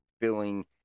filling